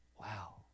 Wow